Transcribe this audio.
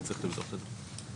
וצריך לבדוק את זה.